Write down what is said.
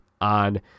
on